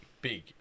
big